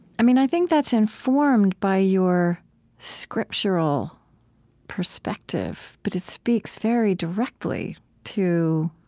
i mean, i think that's informed by your scriptural perspective, but it speaks very directly to